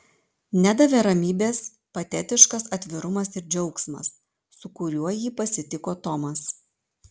nedavė ramybės patetiškas atvirumas ir džiaugsmas su kuriuo jį pasitiko tomas